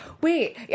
Wait